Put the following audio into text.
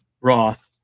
Roth